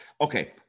okay